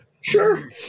Sure